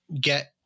get